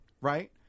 Right